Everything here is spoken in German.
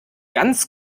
ganz